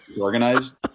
organized